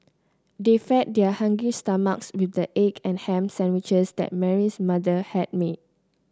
they fed their hungry stomachs with the egg and ham sandwiches that Mary's mother had made